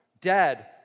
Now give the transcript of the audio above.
Dead